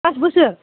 pass बोसोर